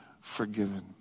forgiven